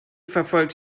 verfolgt